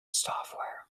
software